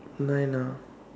nine ah